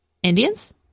Indians